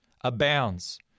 abounds